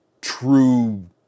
true